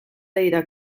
dira